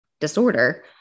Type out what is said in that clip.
disorder